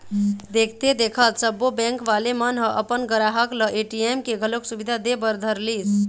देखथे देखत सब्बो बेंक वाले मन ह अपन गराहक ल ए.टी.एम के घलोक सुबिधा दे बर धरलिस